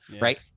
right